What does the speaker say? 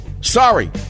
Sorry